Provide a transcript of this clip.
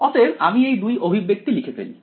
অতএব আমি এই দুই অভিব্যক্তি লিখে ফেলি